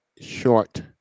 short